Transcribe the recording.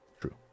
True